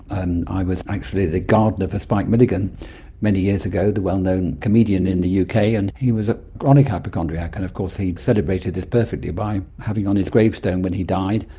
and i was actually the gardener for spike milligan many years ago, the well-known comedian in the yeah uk, and he was a chronic hypochondriac. and of course he celebrated this perfectly by having on his gravestone when he died,